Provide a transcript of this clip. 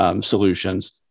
solutions